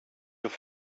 your